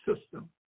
system